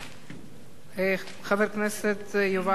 חבר הכנסת יובל צלנר, בבקשה.